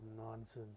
nonsense